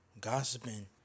gossiping